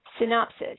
synopsis